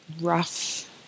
rough